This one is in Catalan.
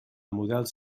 models